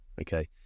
okay